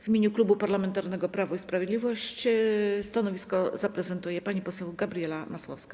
W imieniu Klubu Parlamentarnego Prawo i Sprawiedliwość stanowisko zaprezentuje pani poseł Gabriela Masłowska.